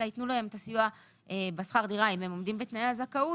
אלא ייתנו להם את הסיוע בשכר דירה אם הם עומדים בתנאי הזכאות